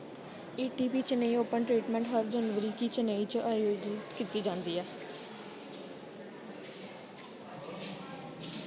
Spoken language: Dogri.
ए T P Chennai open treatment हर जनवरी गी चेन्नई च अयोजत कीती जंदी ऐ